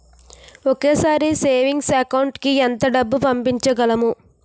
ఒకేసారి savings account కి ఎంత డబ్బు పంపించగలము?